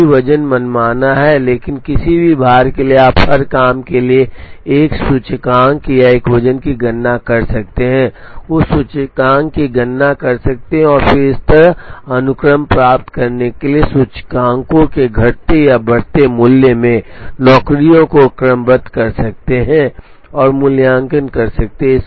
अभी वज़न मनमाना है लेकिन किसी भी भार के लिए आप हर काम के लिए एक सूचकांक या एक वजन की गणना कर सकते हैं उस सूचकांक की गणना कर सकते हैं और फिर इस तरह अनुक्रम प्राप्त करने के लिए सूचकांकों के घटते या बढ़ते मूल्य में नौकरियों को क्रमबद्ध कर सकते हैं और मूल्यांकन कर सकते हैं